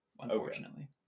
Unfortunately